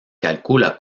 calcula